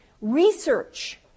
Research